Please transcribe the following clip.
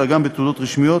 אלא גם בתעודות רשמיות